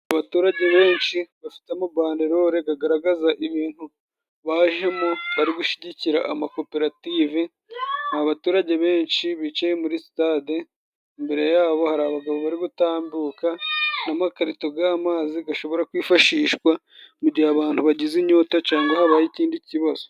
Abaturage benshi bafite amabanderore gagaragaza ibintu bajemo bari gushigikira amakoperative, ni abaturage benshi bicaye muri sitade imbere yabo hari abagabo bari gutambuka n'amakarito g'amazi, gashobora kwifashishwa mu gihe abantu bagize inyota cangwa habaye ikindi kibazo.